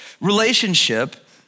relationship